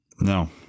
No